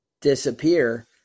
disappear